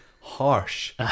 harsh